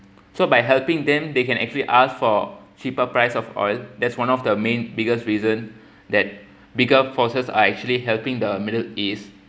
so by helping them they can actually ask for cheaper price of oil that's one of the main biggest reason that bigger forces are actually helping the middle east